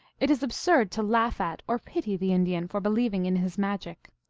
it is absurd to laugh at or pity the indian for be lieving in his magic.